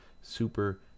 Super